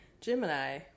Gemini